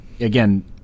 again